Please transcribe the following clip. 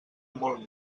molt